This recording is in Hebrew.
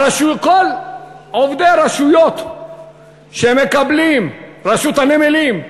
כל עובדי הרשויות שמקבלים: רשות הנמלים,